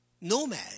nomad